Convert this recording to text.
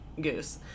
goose